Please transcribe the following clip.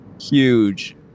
huge